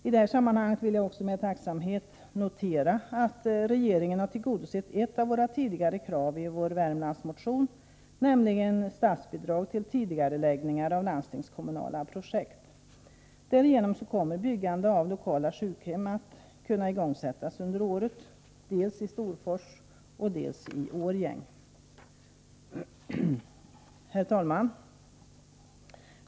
I detta sammanhang vill jag också med tacksamhet notera att regeringen har tillgodosett ett av våra tidigare krav i vår Värmlandsmotion, nämligen statsbidrag till tidigareläggningar av landstingskommunala projekt. Därigenom kommer byggandet av lokala sjukhem att kunna igångsättas under året, dels i Storfors, dels i Årjäng. Herr talman!